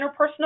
interpersonal